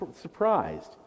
surprised